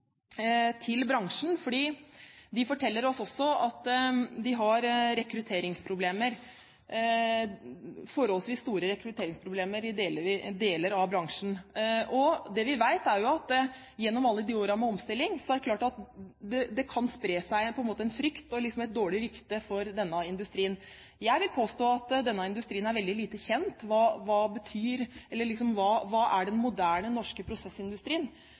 til bransjen. Den forteller oss at de har forholdsvis store rekrutteringsproblemer i deler av bransjen. Det vi vet, er at det gjennom alle årene med omstilling kan ha spredd seg en frykt for og et dårlig rykte om denne industrien. Jeg vil påstå at denne industrien er veldig lite kjent. Hva er den moderne norske prosessindustrien? Bransjen sitter selvfølgelig med hovedansvaret for å posisjonere seg inn i den